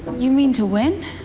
you mean to win?